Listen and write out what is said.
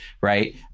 right